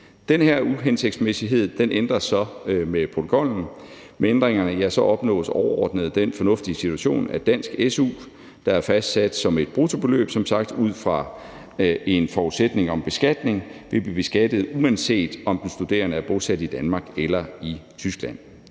Den her uhensigtsmæssighed ændres så med protokollen, og med ændringerne opnås overordnet den fornuftige situation, at dansk su, der som sagt er fastsat som et bruttobeløb ud fra en forudsætning om beskatning, vil blive beskattet, uanset om den studerende er bosat i Danmark eller i Tyskland.